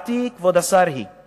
כבוד השר, הצעתי היא,